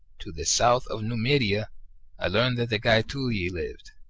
to the south of numidia i learned that the gaetuli lived,